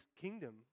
kingdom